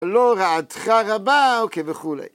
לא רעתך רבה, אוקיי, וכולי.